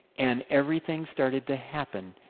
and everything started to happen,